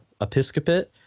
episcopate